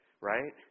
Right